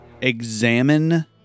examine